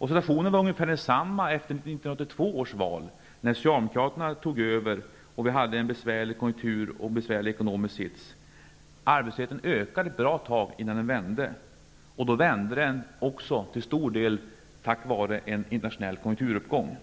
Situationen var ungefär densamma efter 1982 års val då Socialdemokraterna tog över regeringsmakten och då vi hade en besvärlig konjunktur och en besvärlig ekonomisk sits. Arbetslösheten ökade ett bra tag innan den började minska. Då minskade den också till stor del tack vare en internationell konjunkturuppgång.